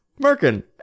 Merkin